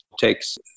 takes